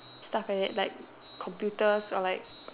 stuff like that like computers or like